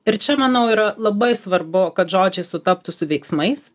ir čia manau yra labai svarbu kad žodžiai sutaptų su veiksmais